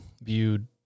viewed